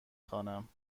خوانم